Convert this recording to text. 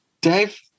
Dave